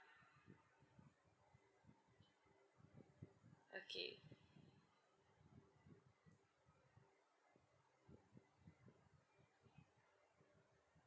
okay